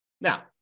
Now